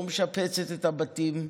לא משפצת את הבתים,